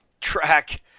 track